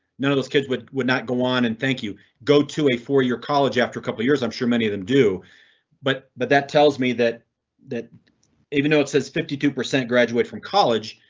none of those kids would would not go on and thank you. go to a four year college after a couple of years. i'm sure many of them do but but that tells me that that even though it says fifty two percent graduate from college,